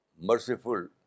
merciful